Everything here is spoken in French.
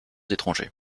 étrangers